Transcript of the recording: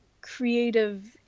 creative